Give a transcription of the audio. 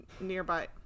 nearby